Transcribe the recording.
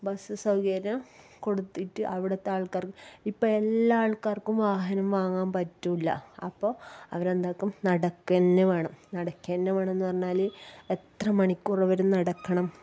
bus സൗകര്യം കൊടുത്തിട്ട് അവിടുത്താൾക്കാർക്ക് ഇപ്പം എല്ലാ ആൾക്കാർക്കും വാഹനം വാങ്ങാൻ പറ്റില്ല അപ്പോൾ അവരെന്താകും നടക്കുക തന്നെ വേണം നടക്കുക തന്നെ വേണമെന്ന് പറഞ്ഞാല് എത്ര മണിക്കൂറവര് നടക്കണം